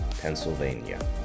Pennsylvania